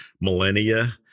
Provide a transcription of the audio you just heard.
millennia